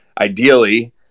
ideally